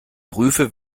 prüfe